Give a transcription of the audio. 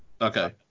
Okay